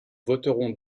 voterons